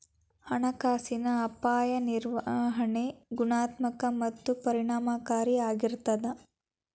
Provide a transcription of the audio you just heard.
ಹಣಕಾಸಿನ ಅಪಾಯ ನಿರ್ವಹಣೆ ಗುಣಾತ್ಮಕ ಮತ್ತ ಪರಿಣಾಮಕಾರಿ ಆಗಿರ್ತದ